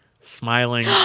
smiling